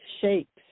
shapes